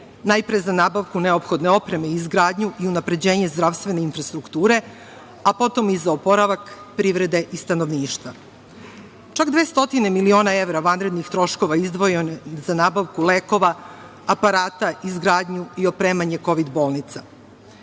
najpre za nabavku neophodne opreme i izgradnju i unapređenje zdravstvene infrastrukture, a potom i za oporavak privrede i stanovništva. Čak dve stotine miliona evra vanrednih troškova izdvojene su za nabavku lekova, aparata, izgradnju i opremanje kovid bolnica. Naš